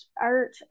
art